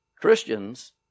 Christians